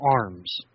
arms